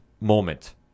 moment